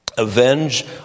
Avenge